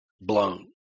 blown